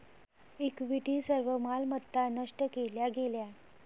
equity सर्व मालमत्ता नष्ट केल्या गेल्या